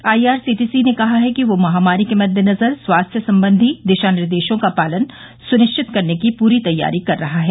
IRCTC ने कहा है कि वह महामारी के मद्देनजर स्वास्थ्य संबंधी दिशा निर्देशों का पालन सुनिश्चित करने की पूरी तैयारी कर रहा है